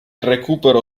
recupero